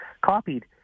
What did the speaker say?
copied